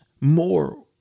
more